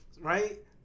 Right